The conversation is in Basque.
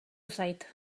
zait